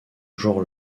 jour